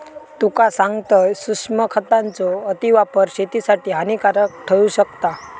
तुका सांगतंय, सूक्ष्म खतांचो अतिवापर शेतीसाठी हानिकारक ठरू शकता